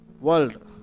World